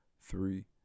three